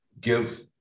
give